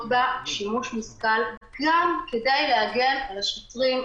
שימוש מושכל גם כדי להגן על השוטרים,